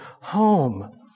home